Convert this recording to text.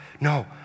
no